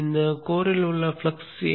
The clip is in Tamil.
மையத்தில் உள்ள ஃப்ளக்ஸ் என்ன